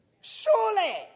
Surely